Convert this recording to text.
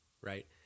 Right